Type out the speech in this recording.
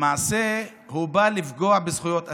למעשה הוא בא לפגוע בזכויות אסירים.